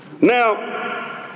Now